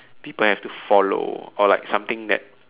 people have to follow or like something that